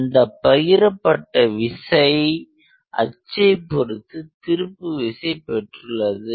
அந்த பகிரப்பட்ட விசை அச்சை பொருத்து திருப்புவிசை பெற்றுள்ளது